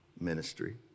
ministry